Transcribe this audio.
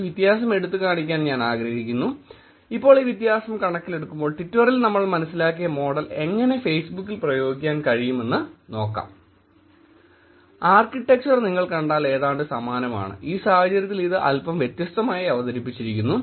ഈ വ്യത്യാസം എടുത്തുകാണിക്കാൻ ഞാൻ ആഗ്രഹിച്ചു ഇപ്പോൾ ഈ വ്യത്യാസം കണക്കിലെടുക്കുമ്പോൾ ട്വിറ്ററിൽ നമ്മൾ മനസ്സിലാക്കിയ മോഡൽ എങ്ങനെ ഫേസ്ബുക്കിൽ പ്രയോഗിക്കാൻ കഴിയും എന്ന് നോക്കാം ആർക്കിടെക്ചർ നിങ്ങൾ കണ്ടാൽ ഏതാണ്ട് സമാനമാണ് ഈ സാഹചര്യത്തിൽ ഇത് അല്പം വ്യത്യസ്തമായി അവതരിപ്പിച്ചിരിക്കുന്നു